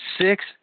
six